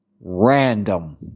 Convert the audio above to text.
random